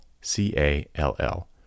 C-A-L-L